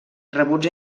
rebuts